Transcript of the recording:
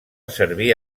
servir